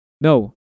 no